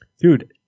Dude